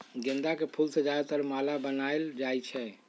गेंदा के फूल से ज्यादातर माला बनाएल जाई छई